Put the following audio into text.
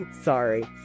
Sorry